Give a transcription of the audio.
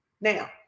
Now